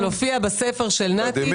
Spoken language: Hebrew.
אבל הסעיפים האלה הופיעו בספר של נת"י,